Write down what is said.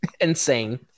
Insane